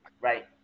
Right